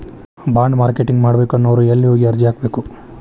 Bond marketing ಮಾಡ್ಬೇಕನ್ನೊವ್ರು ಯೆಲ್ಲೆ ಹೊಗಿ ಅರ್ಜಿ ಹಾಕ್ಬೆಕು?